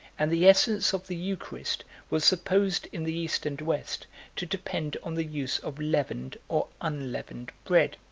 and the essence of the eucharist was supposed in the east and west to depend on the use of leavened or unleavened bread.